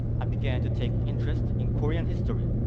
i began to take interest in korean history,